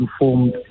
informed